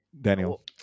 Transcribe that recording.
Daniel